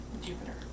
Jupiter